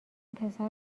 پسر